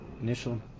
Initial